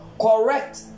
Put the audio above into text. correct